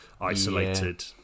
isolated